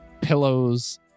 pillows